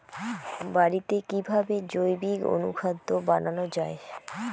বাড়িতে কিভাবে জৈবিক অনুখাদ্য বানানো যায়?